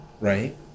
right